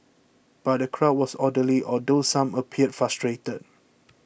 but the crowd was orderly although some appeared frustrated